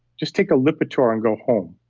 just take a lipitor and go home.